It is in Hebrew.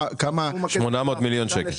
800 מיליון שקלים.